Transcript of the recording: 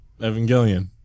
Evangelion